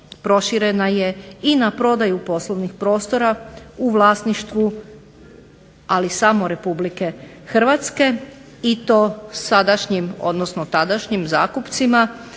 proširena je na prodaju poslovnih prostora u vlasništvu samo Republike Hrvatske i to sadašnjim odnosno tadašnjim zakupcima,